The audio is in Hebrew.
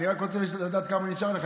אני רק רוצה לדעת כמה נשאר לך,